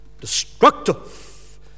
destructive